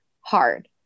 hard